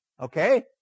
Okay